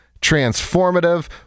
transformative